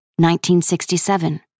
1967